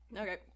okay